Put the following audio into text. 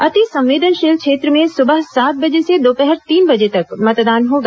अतिसंवेदनशील क्षेत्र में सुबह सात बजे से दोपहर तीन बजे तक मतदान होगा